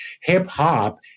Hip-hop